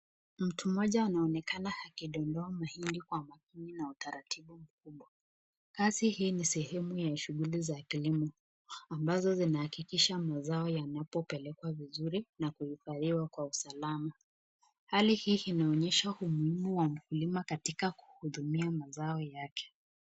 Mtu mmoja anaonekana akidondoa mahindi kwa umakini na utaratibu mkubwa. Kazi hii ni sehemu ya shughuli za kilimo ambazo zinahakikisha mazao yanapopelekwa vizuri na kuhifadhiwa kwa usalama. Hali hii inaonyesha umuhimu wa mkulima katika kuhudumia mazao yake.